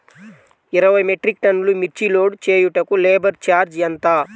ఇరవై మెట్రిక్ టన్నులు మిర్చి లోడ్ చేయుటకు లేబర్ ఛార్జ్ ఎంత?